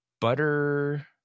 butter